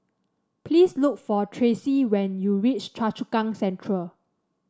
please look for Tracie when you reach Choa Chu Kang Central